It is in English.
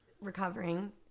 recovering